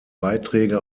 beiträge